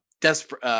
desperate